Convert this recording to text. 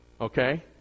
Okay